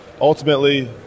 ultimately